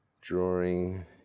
Drawing